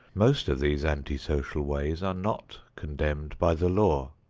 most of these anti-social ways are not condemned by the law.